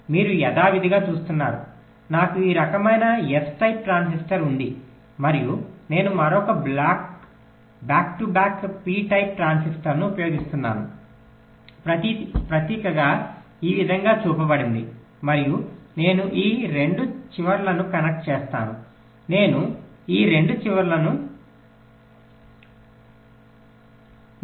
మీరు యథావిధిగా చూస్తున్నారు నాకు ఈ రకమైన ఎన్ టైప్ ట్రాన్సిస్టర్ ఉంది మరియు నేను మరొక back to back P type ట్రాన్సిస్టర్ను ఉపయోగిస్తాను ప్రతీకగా ఈ విధంగా చూపబడింది మరియు నేను ఈ 2 చివరలను కనెక్ట్ చేస్తాను నేను ఈ 2 చివరలను కనెక్ట్ చేస్తాను